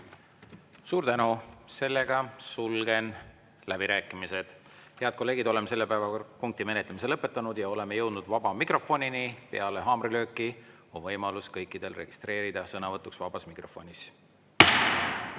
Suur tänu! Sulgen läbirääkimised. Head kolleegid, oleme selle päevakorrapunkti menetlemise lõpetanud. Oleme jõudnud vaba mikrofonini. Peale haamrilööki on kõikidel võimalus registreerida sõnavõtuks vabas mikrofonis.